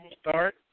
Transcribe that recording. start